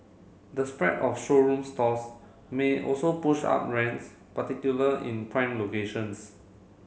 the spread of showroom stores may also push up rents particular in prime locations